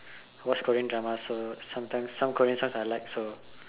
watch Korean dramas so sometimes some Korean songs I like so